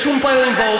בשום פנים ואופן.